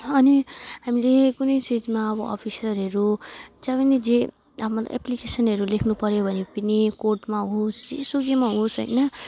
अनि हामीले कुनै चिजमा अब अफिसरहरू जहाँ जे अब एप्लिकेसनहरू लेख्नुपर्यो भने पनि कोर्टमा होस् जेसुकैमा होस् हैन